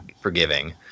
forgiving